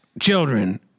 children